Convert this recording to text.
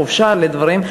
לחופשה או לדברים,